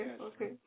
okay